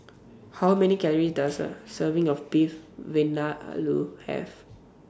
How Many Calories Does A Serving of Beef Vindaloo Have